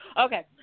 Okay